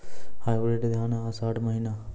Hybrid धान आषाढ़ महीना?